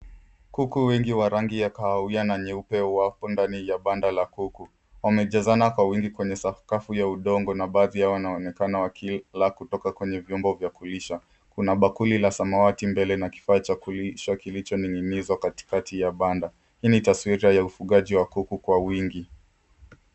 Kuku wengi wa rangi ya kahawia na nyeupe wako ndani ya banda la kuku wamejazana kwa wingi kwenye sakafu ya udongo na baadhi yao wanaonekana wakila kutoka kwenye vyombo vya kulisha. Kuna bakuli la samawati mbele na kifaa cha kulisha kilichoning'inizwa katikati ya banda. Hii ni taswira ya ufugaji wa kuku kwa wingi.